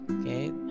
Okay